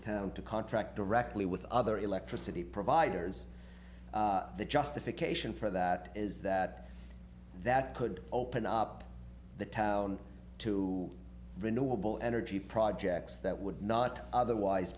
town to contract directly with other electricity providers the justification for that is that that could open up the town to renewable energy projects that would not otherwise